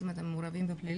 זאת אומרת הם מעורבים בפלילים,